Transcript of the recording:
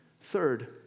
Third